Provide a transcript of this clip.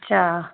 अच्छा